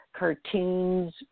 cartoons